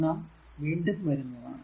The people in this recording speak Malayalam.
നാം വീണ്ടും വരുന്നതാണ്